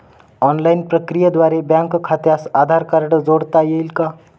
Online प्रक्रियेद्वारे bank खात्यास Aadhaar card जोडता येईल का?